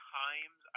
times